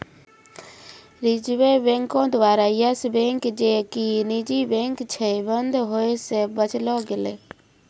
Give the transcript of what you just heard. reserve बैंको द्वारा yes bank जे कि निजी बैंक छै, बंद होय से बचैलो गेलै